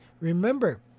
Remember